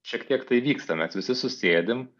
šiek tiek tai vyksta mes visi susėdim